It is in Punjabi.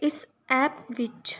ਇਸ ਐਪ ਵਿੱਚ